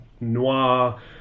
noir